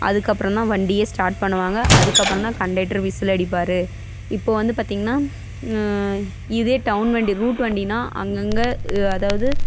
அதுக்கப்புறந்தா வண்டியே ஸ்டார்ட் பண்ணுவாங்க அதுக்கப்புறந்தா கன்டெக்டர் விசில் அடிப்பார் இப்போது வந்து பார்த்திங்கன்னா இதே டவுன் வண்டி ரூட் வண்டினால் அங்கங்கே அதாவது